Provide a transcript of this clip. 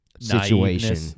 situation